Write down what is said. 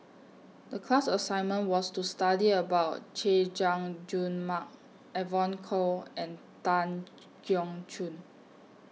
The class assignment was to study about Chay Jung Jun Mark Evon Kow and Tan Keong Choon